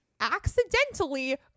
accidentally